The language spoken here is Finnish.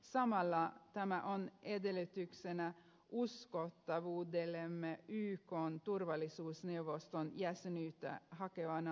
samalla tämä on edellytyksenä uskottavuudellemme ykn turvallisuusneuvoston jäsenyyttä hakevana maana